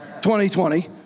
2020